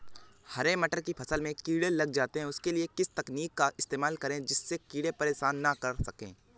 हरे मटर की फसल में कीड़े लग जाते हैं उसके लिए किस तकनीक का इस्तेमाल करें जिससे कीड़े परेशान ना कर सके?